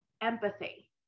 empathy